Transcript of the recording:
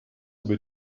über